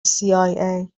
cia